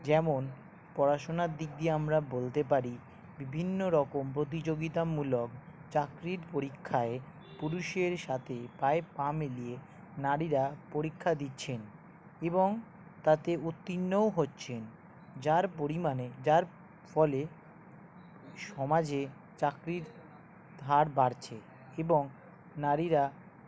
যেমন পড়াশোনার দিক দিয়ে আমরা বলতে পারি বিভিন্ন রকম প্রতিযোগিতামূলক চাকরির পরীক্ষায় পুরুষের সাথে পায়ে পা মিলিয়ে নারীরা পরীক্ষা দিচ্ছেন এবং তাতে উত্তীর্ণ হচ্ছেন যার পরিমাণে যার ফলে সমাজে চাকরির ধার বাড়ছে এবং নারীরা